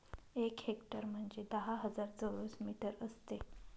एक हेक्टर म्हणजे दहा हजार चौरस मीटर असते